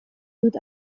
dut